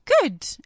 Good